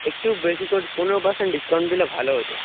একটু বেশি করে পনেরো পার্সেন্ট ডিসকাউন্ট দিলে ভালো হতো